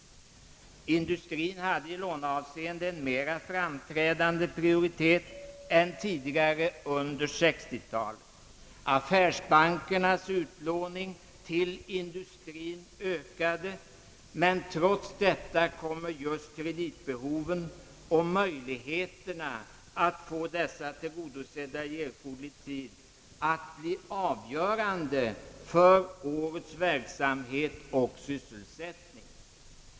Industrien hade i låneavseende en mera framträdande prioritet i fjol än tidigare under 1960-talet. Affärsbankernas utlåning till industrien ökade, men trots detta kommer just kreditbehoven och möjligheterna att få dessa tillgodosedda i erforderlig tid att bli avgörande för årets verksamhet och sysselsättning.